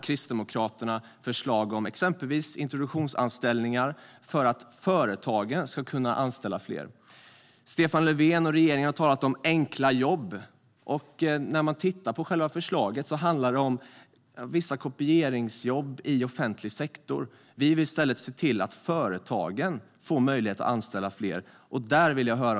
Kristdemokraterna har exempelvis förslag om introduktionsanställningar för att företagen ska kunna anställa fler. Stefan Löfven och regeringen talar om enkla jobb. Enligt förslaget handlar det om kopieringsjobb i offentlig sektor. Vi vill i stället se till att företagen får möjlighet att anställa fler.